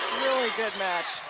really good match